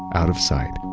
out of sight,